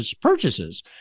purchases